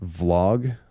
vlog